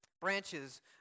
Branches